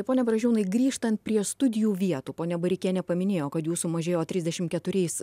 pone bražiūnai grįžtant prie studijų vietų ponia bareikienė paminėjo kad jų sumažėjo trisdešimt keturiais